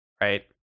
Right